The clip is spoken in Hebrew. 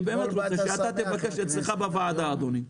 אני באמת רוצה שאתה תבקש אצלך בוועדה, אדוני,